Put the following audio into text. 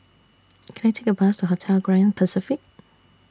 Can I Take A Bus Hotel Grand Pacific